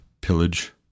pillage